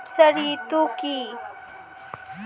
ব্যবসায় ঋণ কি?